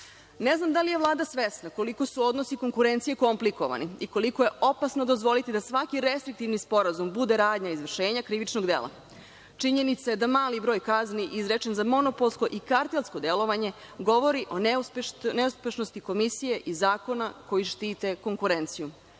znam da li je Vlada svesna koliko su odnosi konkurencije komplikovani i koliko je opasno dozvoliti svaki restriktivni sporazum bude radnja izvršenja krivičnog dela. Činjenica je da mali broj kazni izrečen za monopolsko i kartelsko delovanje govori o neuspešnosti komisije i zakona koji štite konkurenciju.